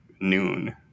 noon